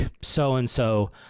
so-and-so